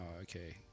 okay